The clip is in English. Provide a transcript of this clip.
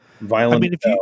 violent